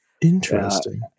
Interesting